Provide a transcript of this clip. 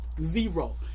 Zero